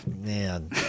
Man